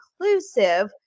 inclusive